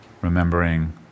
Remembering